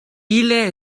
ille